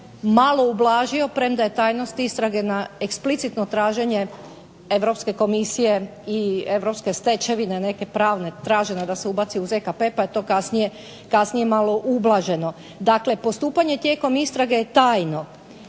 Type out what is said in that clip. malo ublažio premda je tajnost istrage na eksplicitno traženje Europske stečevine neke pravne traženo da se ubaci u ZKP pa je kasnije to malo ublaženo. Dakle, postupanje tijekom istrage je tajno,